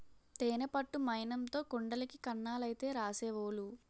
తేనె పట్టు మైనంతో కుండలకి కన్నాలైతే రాసేవోలు